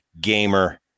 Gamer